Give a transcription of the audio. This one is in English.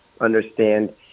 understand